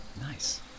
Nice